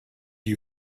you